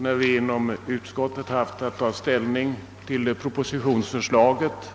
När vi inom utskottet haft att ta ställning till propositionsförslaget